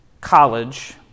college